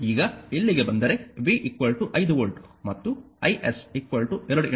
ಈಗ ಇಲ್ಲಿಗೆ ಬಂದರೆ v 5 ವೋಲ್ಟ್ ಮತ್ತು is 2 v